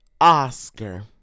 Oscar